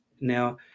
Now